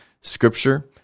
scripture